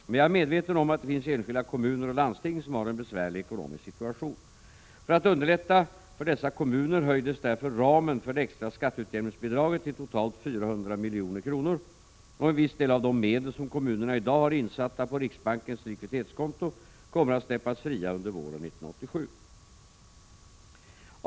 Men jag är medveten om att det finns enskilda kommuner och landsting som har en besvärlig ekonomisk situation. För att underlätta för dessa kommuner höjdes därför ramen för det extra skatteutjämningsbidraget till totalt 400 milj.kr., och en viss del av de medel som kommunerna i dag har insatt på riksbankens likviditetskonto kommer att släppas fri under våren 1987.